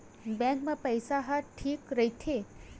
Bank मा पईसा ह ठीक राइथे?